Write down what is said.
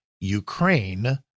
Ukraine